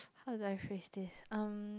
how do I phrase this um